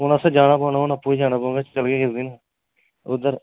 हून असें जाना पौना हून आपूं जाना पौना चलगे कुसै दिन उद्धर